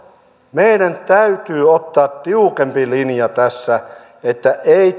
meidän täytyy ottaa tiukempi linja tässä että ei